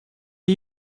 are